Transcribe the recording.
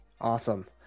Awesome